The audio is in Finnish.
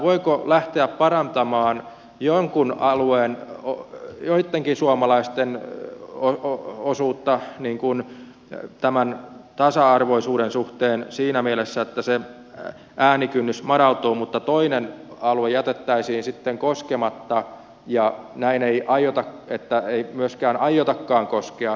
voiko lähteä parantamaan jonkun alueen oma joittenkin suomalaisten on ollut osuutta tämän tasa arvoisuuden suhteen siinä mielessä että se äänikynnys madaltuu mutta toinen alue jätettäisiin sitten koskematta ja että ei aiotakaan koskea